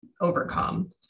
overcome